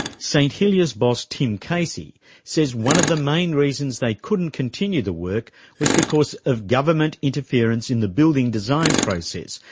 st hilliers' boss tim casey says one of the main reasons they couldn't continue the work was because of government interference in the building design process,